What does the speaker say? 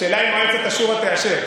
השאלה היא אם מועצת השורא תאשר.